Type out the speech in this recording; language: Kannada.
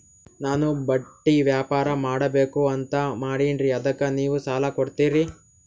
ನಾನು ಬಟ್ಟಿ ವ್ಯಾಪಾರ್ ಮಾಡಬಕು ಅಂತ ಮಾಡಿನ್ರಿ ಅದಕ್ಕ ನೀವು ಸಾಲ ಕೊಡ್ತೀರಿ?